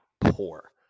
poor